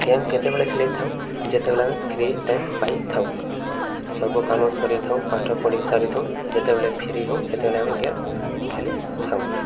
game କେତେବେଳେ ଖେଳିଥାଉ ଯେତେବେଳେ ଆମେ ଫ୍ରି ଟାଇମ୍ ପାଇଥାଉ ସବୁ କାମ ସରିଥାଉ ପାଠ ପଢ଼ି ସରିିଥାଉ ଯେତେବେଳେ ଫ୍ରି ହେଉ ସେତେବେଳେ ଆମେ ଗେମ୍ ଖେଳିଥାଉ